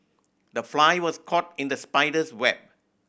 the fly was caught in the spider's web